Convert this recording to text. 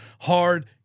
hard